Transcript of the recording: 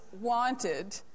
wanted